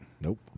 Nope